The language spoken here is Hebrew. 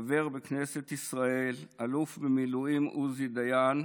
חבר בכנסת ישראל, אלוף במילואים עוזי דיין,